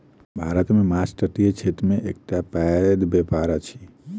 भारत मे माँछ तटीय क्षेत्र के एकटा पैघ व्यापार अछि